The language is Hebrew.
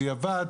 בדיעבד,